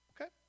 Okay